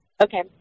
Okay